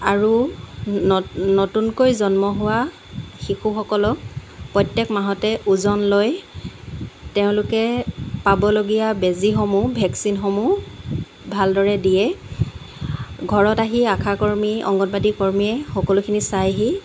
আৰু নতুনকৈ জন্ম হোৱা শিশুসকলক প্ৰত্যেক মাহতে ওজন লৈ তেওঁলোকে পাবলগীয়া বেজীসমূহ ভেকচিনসমূহ ভালদৰে দিয়ে ঘৰত আহি আশাকৰ্মী অংগনবাদী কৰ্মীয়ে সকলোখিনি চাইহি